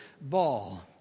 ball